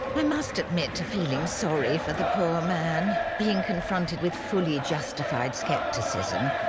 i must admit to feeling sorry for the poor man, being confronted with fully justified scepticism.